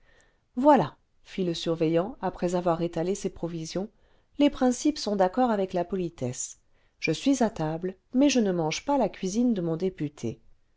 voilà fit le surveillant après avoir étalé ses provisions les principes sont d'accord avec la politesse je suis à table mais je ne mange pas la cuisine de mon député